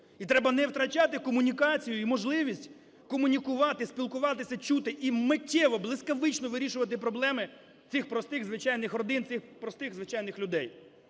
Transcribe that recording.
І треба не втрачати комунікацію і можливість комунікувати, спілкуватися, чути - і миттєво, блискавично вирішувати проблеми цих простих, звичайних родин, цих простих, звичайних людей.